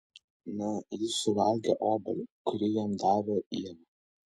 na jis suvalgė obuolį kurį jam davė ieva